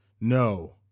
No